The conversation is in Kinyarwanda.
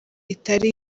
itari